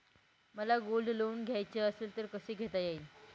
मला gold loan घ्यायचे असेल तर कसे घेता येईल?